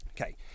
Okay